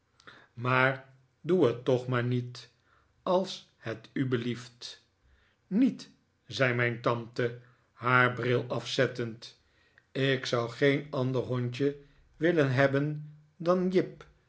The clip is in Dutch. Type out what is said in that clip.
doe het toch maar niet als het u belief t niet zei mijn tante haar bril afzettend ik zou geen ander hondje willen hebben dan jip